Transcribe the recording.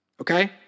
okay